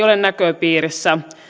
ole näköpiirissä